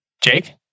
Jake